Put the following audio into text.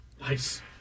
Nice